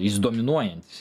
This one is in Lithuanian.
jis dominuojantis